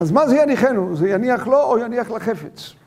אז מה זה יניחנו? זה יניח לו או יניח לחפץ?